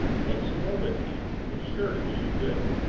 take some more whisky, it's sure to do you good.